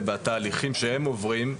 ובתהליכים שהם עוברים.